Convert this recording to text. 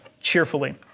cheerfully